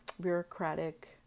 bureaucratic